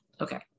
Okay